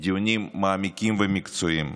בדיונים מעמיקים ומקצועיים.